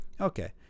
Okay